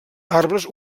arbres